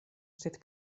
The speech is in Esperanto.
sed